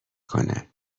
کنه